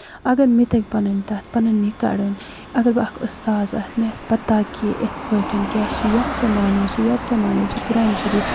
اَگر مےٚ تَگہِ پَنُن تَتھ پَنٕنۍ یہِ کَڑٕنۍ اَگر بہٕ اکھ اُستاد آسہٕ مےٚ آسہِ پَتہ کہِ یِتھ پٲٹھۍ کیاہ چھُ ہوٚتھ کیاہ معنی چھُ یَتھ کیاہ معنی چھُ قۄران شٔریٖف